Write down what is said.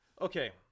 Okay